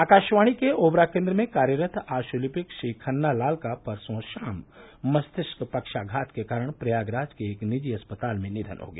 आकाशवाणी के ओबरा केन्द्र में कार्यरत आशुलिपिक श्री खन्ना लाल का परसों शाम मस्तिष्क पक्षाघात के कारण प्रयागराज के एक निजी अस्पताल में निधन हो गया